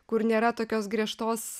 kur nėra tokios griežtos